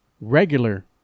regular